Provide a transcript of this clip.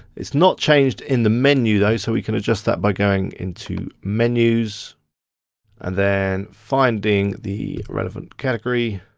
it's not changed in the menu though, so we can adjust that by going into menus and then finding the relevant category,